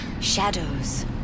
Shadows